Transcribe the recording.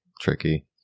tricky